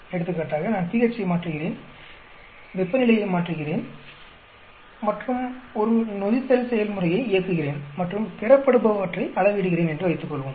எடுத்துக்காட்டாக நான் pH ஐ மாற்றுகிறேன் வெப்பநிலையை மாற்றுகிறேன் மற்றும் ஒரு நொதித்தல் செயல்முறையை இயக்குகிறேன் மற்றும் பெறப்படுபவற்றை அளவிடுகிறேன் என்று வைத்துக்கொள்வோம்